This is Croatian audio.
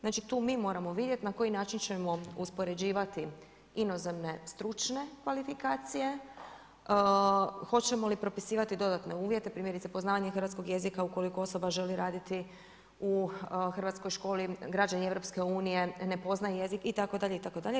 Znači tu mi moramo vidjeti na koji način ćemo uspoređivati inozemne stručne kvalifikacije, hoćemo li propisivati dodatne uvjete, primjerice poznavanje hrvatskog jezika ukoliko osoba želi raditi u hrvatskoj školi, građani EU ne poznaju jezik itd. itd.